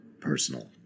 Personal